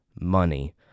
money